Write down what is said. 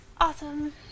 Awesome